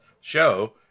show